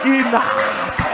enough